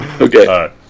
Okay